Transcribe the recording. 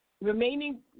remaining